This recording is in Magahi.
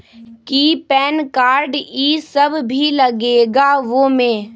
कि पैन कार्ड इ सब भी लगेगा वो में?